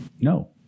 No